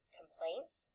complaints